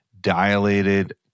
Dilated